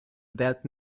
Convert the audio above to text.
that